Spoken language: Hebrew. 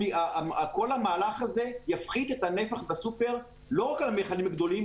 כל המהלך הזה יפחית את הנפח בסופר לא רק על המיכלים הגדולים,